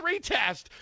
retest